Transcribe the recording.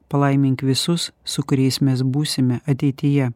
palaimink visus su kuriais mes būsime ateityje